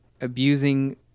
abusing